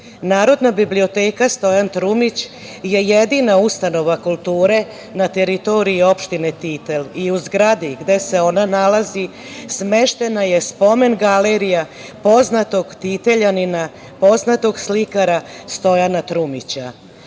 biblioteka „Stojan Trumić“ je jedina ustanova kulture na teritoriji opštine Titel i u zgradi gde se ona nalazi smeštena je spomen-galerija poznatog Titeljanina, poznatog slikara, Stojana Trumića.